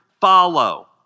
follow